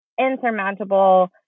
insurmountable